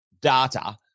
data